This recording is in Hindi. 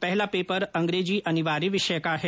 पहला पेपर अंग्रेजी अनिवार्य विषय का है